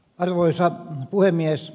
arvoisa puhemies